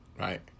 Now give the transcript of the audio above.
Right